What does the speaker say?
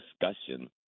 discussion